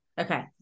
Okay